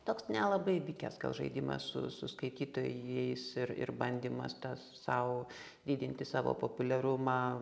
toks nelabai vykęs gal žaidimas su su skaitytojais ir ir bandymas tas sau didinti savo populiarumą